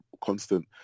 constant